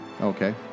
Okay